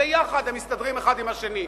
יחד הם מסתדרים האחד עם השני.